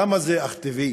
למה זה אך טבעי?